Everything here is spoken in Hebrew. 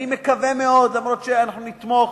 אני מקווה מאוד, אף שאנחנו נתמוך